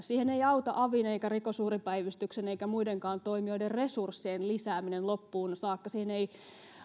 siihen ei auta avin eikä rikosuhripäivystyksen eikä muidenkaan toimijoiden resurssien lisääminen loppuun saakka siihen ei